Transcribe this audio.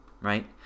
Right